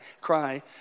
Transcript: cry